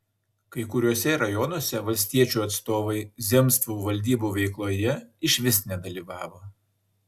kai kuriuose rajonuose valstiečių atstovai zemstvų valdybų veikloje išvis nedalyvavo